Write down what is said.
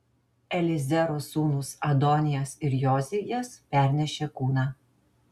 eliezero sūnūs adonijas ir jozijas pernešė kūną